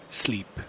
sleep